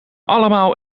allemaal